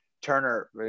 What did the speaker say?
Turner